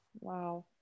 Wow